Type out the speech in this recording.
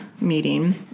meeting